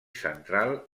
central